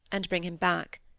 and bring him back.